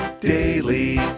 daily